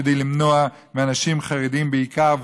כדי למנוע מאנשים חרדים בעיקר,